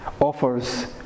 offers